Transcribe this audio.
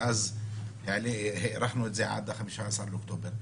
שאז הארכנו את זה עד ה-15 באוקטובר,